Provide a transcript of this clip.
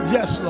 Yes